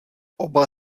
oba